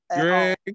Greg